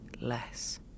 less